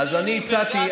אז אני הצעתי,